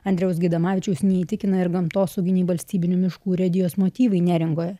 andriaus gaidamavičiaus neįtikina ir gamtosauginiai valstybinių miškų urėdijos motyvai neringoje